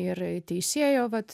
ir teisėjo vat